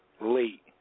late